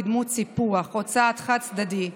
בדמות סיפוח או צעד חד-צדדי.